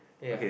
ya